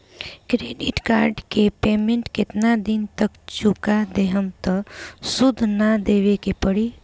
Credit card के payment केतना दिन तक चुका देहम त सूद ना देवे के पड़ी?